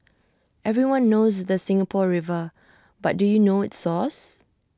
everyone knows the Singapore river but do you know its source